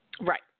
right